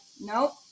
nope